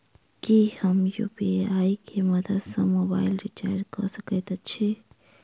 की हम यु.पी.आई केँ मदद सँ मोबाइल रीचार्ज कऽ सकैत छी?